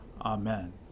Amen